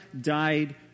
died